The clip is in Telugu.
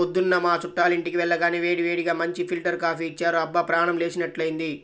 పొద్దున్న మా చుట్టాలింటికి వెళ్లగానే వేడివేడిగా మంచి ఫిల్టర్ కాపీ ఇచ్చారు, అబ్బా ప్రాణం లేచినట్లైంది